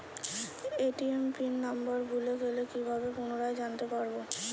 ATM PIN number ভুলে গেলে কি ভাবে পুনরায় জানতে পারবো?